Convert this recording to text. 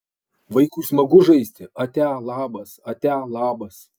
vaikui smagu žaisti atia labas atia labas